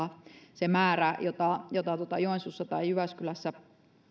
se määrä jota jota joensuussa tai jyväskylässä